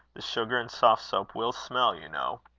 the sugar and soft-soap will smell, you know.